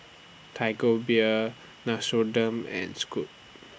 Tiger Beer Nixoderm and Scoot